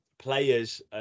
players